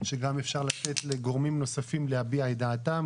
שגם אפשר לתת לגורמים נוספים להביע את דעתם.